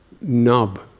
nub